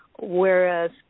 whereas